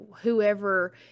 whoever